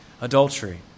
adultery